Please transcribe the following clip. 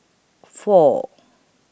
four